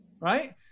right